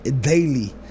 daily